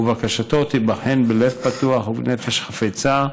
ובקשתו תיבחן בלב פתוח ובנפש חפצה,